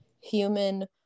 human